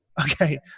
okay